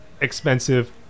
expensive